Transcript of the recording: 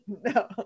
no